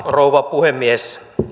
rouva puhemies